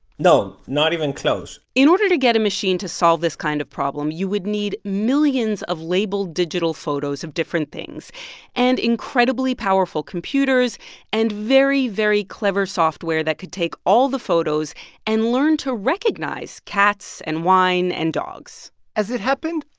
no, not even close in order to get a machine to solve this kind of problem, you would need millions of labeled digital photos of different things and incredibly powerful computers and very, very clever software that could take all the photos and learn to recognize cats and wine and dogs as it happened,